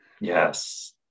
Yes